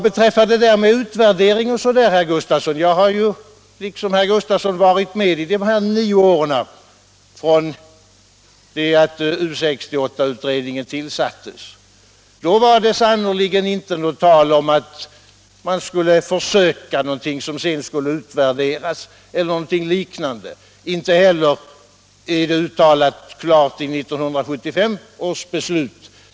Beträffande det där med utvärdering, herr Gustafsson i Barkarby: Jag har liksom herr Gustafsson varit med de här nio åren från det att U 68 tillsattes, och då var det sannerligen inte något tal om att vi skulle försöka någonting som sedan skulle utvärderas osv. Inte heller är något sådant klart uttalat i 1975 års beslut.